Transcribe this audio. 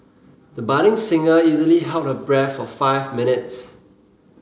the budding singer easily held her breath for five minutes